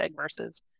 versus